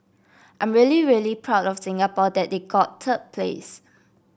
I'm really really proud of Singapore that they got third place